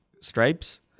stripes